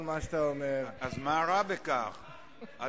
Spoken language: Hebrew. מה רע בכך?